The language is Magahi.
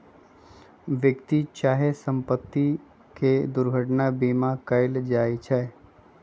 व्यक्ति चाहे संपत्ति के दुर्घटना बीमा कएल जाइ छइ